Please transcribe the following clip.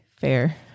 Fair